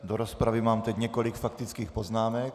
Do rozpravy mám teď několik faktických poznámek.